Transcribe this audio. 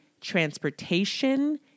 transportation